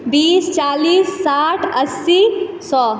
बीस चालीस साठि अस्सी सए